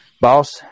boss